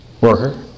worker